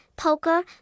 poker